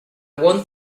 want